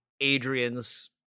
Adrian's –